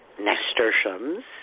nasturtiums